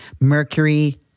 Mercury